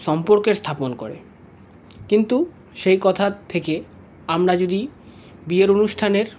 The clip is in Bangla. সম্পর্কের স্থাপন করে কিন্তু সেই কথার থেকে আমরা যদি বিয়ের অনুষ্ঠানের